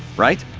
right?